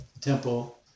temple